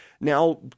now